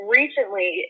recently